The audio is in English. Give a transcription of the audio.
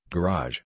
Garage